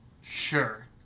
Sure